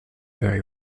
very